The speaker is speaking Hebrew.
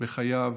בחייו